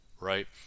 right